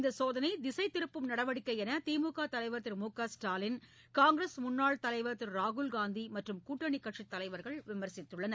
இந்த சோதனை திசை திருப்பும் நடவடிக்கை என்று திமுக தலைவர் திரு மு க ஸ்டாலின் காங்கிரஸ் முன்னாள் தலைவர் திரு ராகுல்காந்தி மற்றும் கூட்டணிக்கட்சி தலைவர்கள் விமர்சித்துள்ளனர்